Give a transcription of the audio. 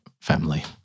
family